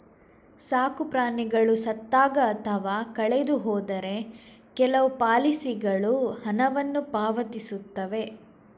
ಸಾಕು ಪ್ರಾಣಿಗಳು ಸತ್ತಾಗ ಅಥವಾ ಕಳೆದು ಹೋದರೆ ಕೆಲವು ಪಾಲಿಸಿಗಳು ಹಣವನ್ನು ಪಾವತಿಸುತ್ತವೆ